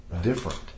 different